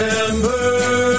Remember